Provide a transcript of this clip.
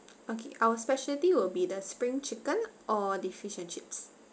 okay our specialty will be the spring chicken or the fish and chips